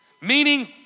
Meaning